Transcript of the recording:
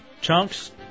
Chunks